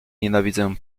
nienawidzę